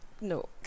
no